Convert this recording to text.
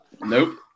Nope